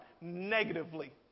negatively